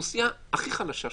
האוכלוסייה הכי חלשה שיש.